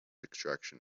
extraction